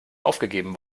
aufgegeben